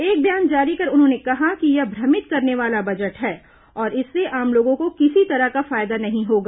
एक बयान जारी कर उन्होंने कहा है कि यह भ्रमित करने वाला बजट है और इससे आम लोगों को किसी तरह का फायदा नहीं होगा